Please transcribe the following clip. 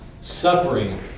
Suffering